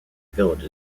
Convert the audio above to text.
village